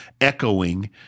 echoing